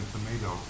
Tomato